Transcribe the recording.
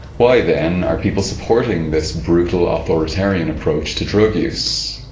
why, then, are people supporting this brutal, authoritarian approach to drug use?